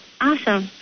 Awesome